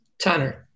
Tanner